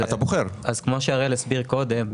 כמו שהראל הסביר קודם,